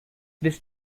this